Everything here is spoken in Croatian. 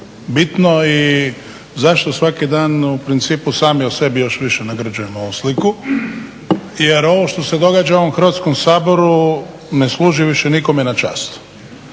bitno i zašto svaki dan u principu sami o sebi još više nagrđujemo ovu sliku jer ovo što se događa u ovom Hrvatskom saboru ne služi više nikome na čast.